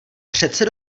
přece